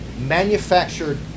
manufactured